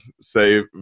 say